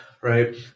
right